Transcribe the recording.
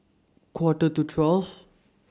Quarter to twelve